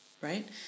right